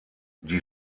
die